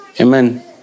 Amen